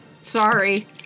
Sorry